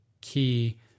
key